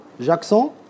Jackson